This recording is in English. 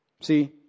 See